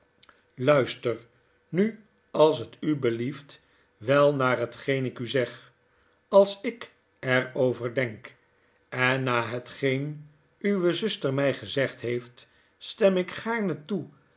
luister nu als t u blieft wel naar hetgeen ik u zeg als ik er over denk en na hetgeen uwe zuster mij gezegd heeft stem ik gaarne toe